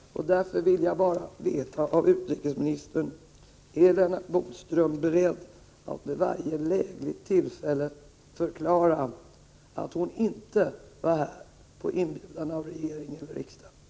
Därför vill jag bara veta av utrikesminister Lennart Bodström om han är beredd att vid varje lägligt tillfälle förklara att hon inte var här på inbjudan av regeringen eller riksdagen.